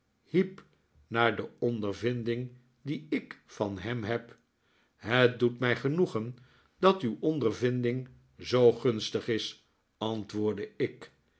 heep naar de ondervinding die ik van hem heb het doet mij genoegen dat uw ondervinding zoo gunstig is antwoordde ik